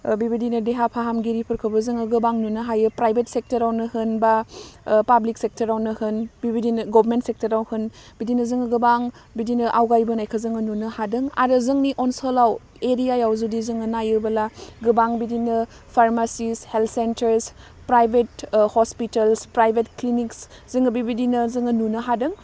ओह बेबायदिनो देहा फाहामगिरिफोरखौबो जोङो गोबां नुनो हायो प्राइबेट सेक्टरावनो होन बा ओह पाब्लिक सेक्टरावनो होन बिबायदिनो गभमेन्ट सेक्टरावनो होन बिदिनो जोङो गोबां बिदिनो आवगायबोनायखौ जोङो नुनो हादों आरो जोंनि अनसलाव एरियायाव जुदि जोङो नायोबोला गोबां बिदिनो pharmacies health centres private hospitals private clinics जोङो बिबायदिनो जोङो नुनो हादों